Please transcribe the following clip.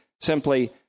simply